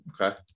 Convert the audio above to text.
Okay